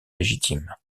légitimes